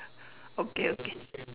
okay okay